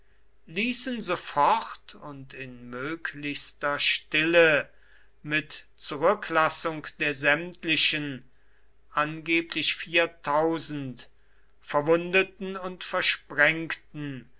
ließen sofort und in möglichster stille mit zurücklassung der sämtlichen angeblich verwundeten und versprengten